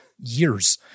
years